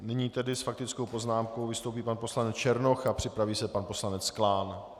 Nyní tedy s faktickou poznámkou vystoupí pan poslanec Černoch a připraví se pan poslanec Klán.